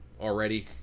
already